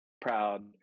proud